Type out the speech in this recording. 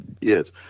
yes